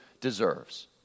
deserves